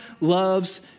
loves